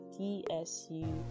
dsu